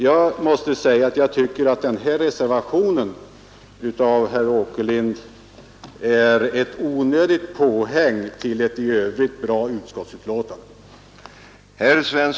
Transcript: Jag måste säga att jag tycker att reservationen av herr Åkerlind och herr Werner i Malmö är ett onödigt påhäng till ett i övrigt bra utskottsbetänkande.